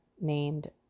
named